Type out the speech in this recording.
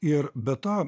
ir be to